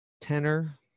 tenor